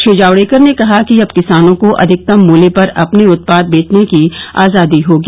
श्री जावड़ेकर ने कहा कि अब किसानों को अधिकतम मुल्य पर अपने उत्पाद बेचने की आजादी होगी